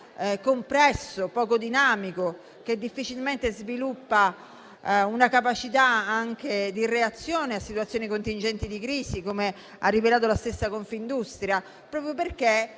complesso, poco dinamico, e difficilmente sviluppa una capacità di reazione a situazioni contingenti di crisi, come ha rivelato la stessa Confindustria. Questo accade